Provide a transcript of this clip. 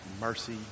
mercy